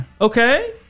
okay